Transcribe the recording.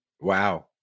Wow